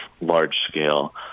large-scale